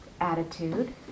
attitude